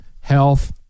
health